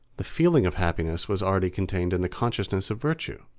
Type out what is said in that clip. the feeling of happiness was already contained in the consciousness of virtue.